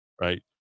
right